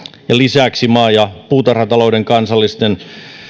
ja lisäksi maa ja puutarhatalouden kansallisen